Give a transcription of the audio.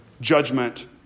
judgment